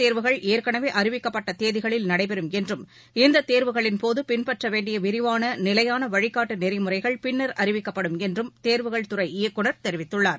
தேர்வுகள் ஏற்கனவே அறிவிக்கப்பட்ட தேதிகளில் நடைபெறும் என்றும் மற்ற இந்தத் தேர்வுகளின்போது பின்பற்ற வேண்டிய விரிவான நிலையான வழிகாட்டு நெறிமுறைகள் பின்னர் அறிவிக்கப்படும் என்றும் தேர்வுகள் துறை இயக்குநர் தெரிவித்துள்ளார்